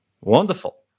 Wonderful